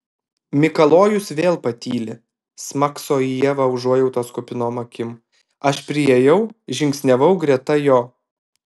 mikalojus vėl patyli smakso į ievą užuojautos kupinom akim aš priėjau žingsniavau greta jo